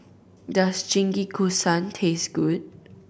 does Jingisukan taste good